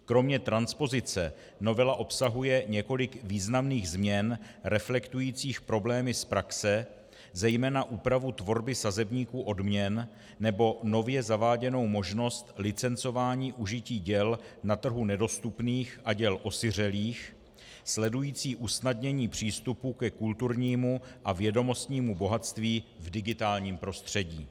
Kromě transpozice novela obsahuje několik významných změn reflektujících problémy z praxe, zejména úpravu tvorby sazebníku odměn nebo nově zaváděnou možnost licencování užití děl na trhu nedostupných a děl osiřelých, sledující usnadnění přístupu ke kulturnímu a vědomostnímu bohatství v digitálním prostředí.